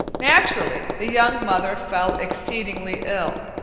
naturally, the young mother fell exceedingly ill.